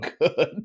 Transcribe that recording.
good